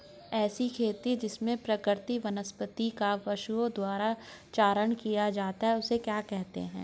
ऐसी खेती जिसमें प्राकृतिक वनस्पति का पशुओं द्वारा चारण किया जाता है उसे क्या कहते हैं?